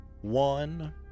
one